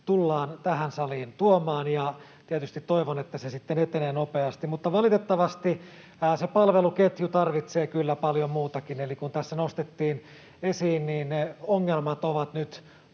tullaan tähän saliin tuomaan, ja tietysti toivon, että se sitten etenee nopeasti. Mutta valitettavasti se palveluketju tarvitsee kyllä paljon muutakin, eli kuten tässä nostettiin esiin, niin ne ongelmat ovat nyt